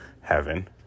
heaven